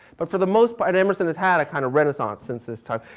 but for the most part emerson has had a kind of renaissance since this time,